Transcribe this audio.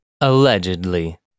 Allegedly